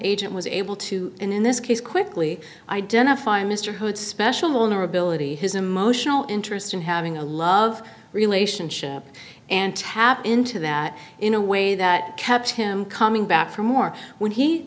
agent was able to in this case quickly identify mr hood special in our ability his emotional interest in having a love relationship and tap into that in a way that kept him coming back for more when he